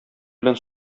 белән